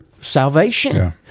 salvation